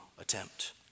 attempt